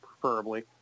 preferably